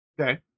Okay